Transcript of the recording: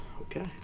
Okay